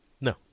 No